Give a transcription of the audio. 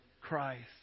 Christ